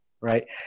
right